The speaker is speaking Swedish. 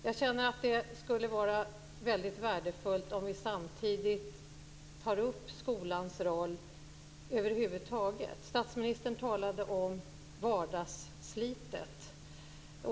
Jag känner att det skulle vara väldigt värdefullt att vi samtidigt tog upp skolans roll över huvud taget. Statsministern talade om vardagsslitet.